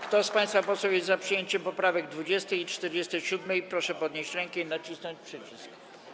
Kto z państwa posłów jest za przyjęciem poprawek 20. i 47., proszę podnieść rękę i nacisnąć przycisk.